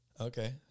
Okay